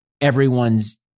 everyone's